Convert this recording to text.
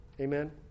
Amen